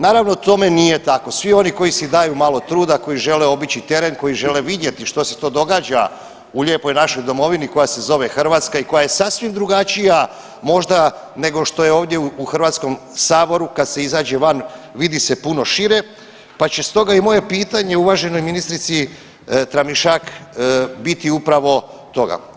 Naravno tome nije tako, svi oni koji si daju malo truda, koji žele obići teren, koji žele vidjeti što se to događa u lijepoj našoj domovini koja se zove Hrvatska i koja je sasvim drugačija možda nego što je ovdje u HS, kad se izađe van vidi se puno šire, pa će stoga i moje pitanje uvaženoj ministrici Tramišak biti upravo toga.